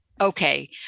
Okay